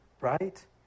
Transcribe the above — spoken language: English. Right